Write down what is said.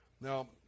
Now